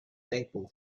thankful